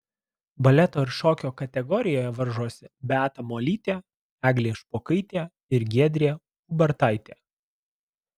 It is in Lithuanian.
baleto ir šokio kategorijoje varžosi beata molytė eglė špokaitė ir giedrė ubartaitė